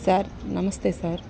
sir నమస్తే sir